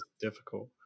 difficult